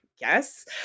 yes